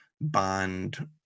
bond